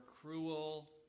cruel